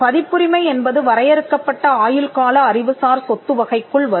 பதிப்புரிமை என்பது வரையறுக்கப்பட்ட ஆயுள்கால அறிவுசார் சொத்து வகைக்குள் வரும்